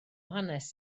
hanes